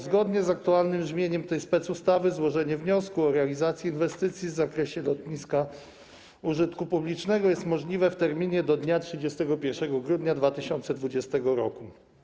Zgodnie z aktualnym brzmieniem tej specustawy złożenie wniosku o realizację inwestycji w zakresie lotniska użytku publicznego jest możliwe w terminie do dnia 31 grudnia 2020 r.